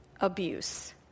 abuse